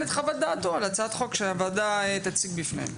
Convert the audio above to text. את חוות דעתו על הצעת חוק שהוועדה תציג בפניהם.